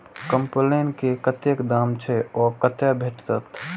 कम्पेन के कतेक दाम छै आ कतय भेटत?